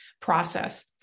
process